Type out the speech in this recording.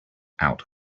out